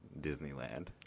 Disneyland